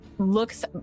looks